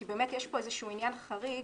כי יש פה עניין חריג,